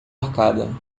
arcada